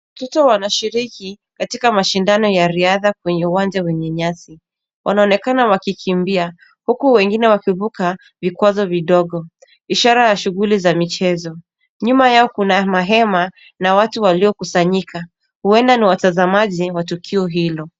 Watoto wanashiriki katika mashindano ya riadha kwenye uwanja wenye nyasi. Wanaonekana wakikimbia, huku wengine wakivuka vikwazo vidogo. Ishara ya shughuli za michezo. Nyuma yao kuna mahema na watu waliokusanyika. Huenda ni watazamaji wa tukio hilo.